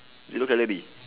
zero calorie